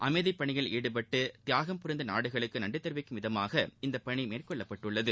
அமைதிப்பணியில் ஈடுபட்டு தியாகம் புரிந்த நாடுகளுக்கு நன்றி தெரிவிக்கும் விதமாக இந்தப்பணி மேற்கொள்ளப்பட்டுள்ளது